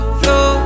flow